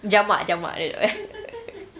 jamak jamak